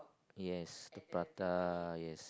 yes the prata yes